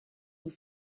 nous